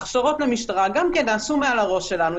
גם הכשרות למשטרה נעשו מעל הראש שלנו,